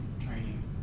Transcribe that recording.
training